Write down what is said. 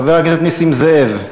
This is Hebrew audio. חבר הכנסת נסים זאב,